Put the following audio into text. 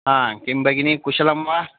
हा किं भगिनि कुशलं वा